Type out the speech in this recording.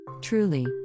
Truly